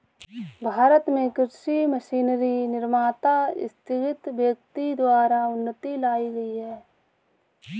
भारत में कृषि मशीनरी निर्माता स्थगित व्यक्ति द्वारा उन्नति लाई गई है